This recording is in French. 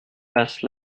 place